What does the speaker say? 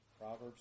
Proverbs